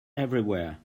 everywhere